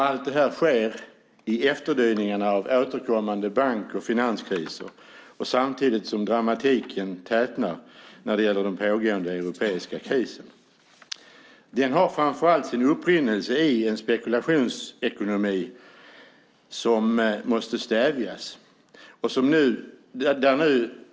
Allt detta sker i efterdyningarna av återkommande bank och finanskriser, samtidigt som dramatiken tätnar när det gäller den pågående europeiska krisen. Den har framför allt sin upprinnelse i en spekulationsekonomi som måste stävjas.